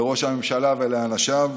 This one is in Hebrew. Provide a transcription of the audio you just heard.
לראש הממשלה ולאנשיו,